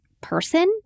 person